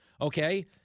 Okay